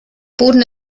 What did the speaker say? boden